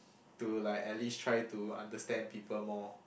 to like at least try to understand people more